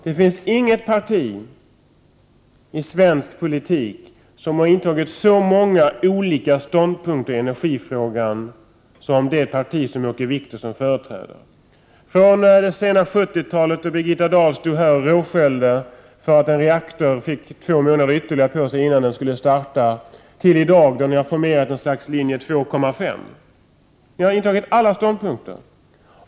Det finns inget parti i svensk politik som har intagit så många olika ståndpunkter i energifrågan som det parti Åke Wictorsson företräder: från det sena 70-talet, då Birgitta Dahl stod här och råskällde för att en reaktor fick två månader ytterligare på sig innan den skulle startas, till dagsläget, då ni har formerat ett slags linje 2,5. Ni har intagit alla ståndpunkter.